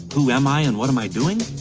who am i? and what am i doing?